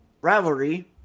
rivalry